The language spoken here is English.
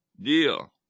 deal